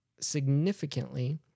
significantly